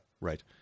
right